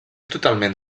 totalment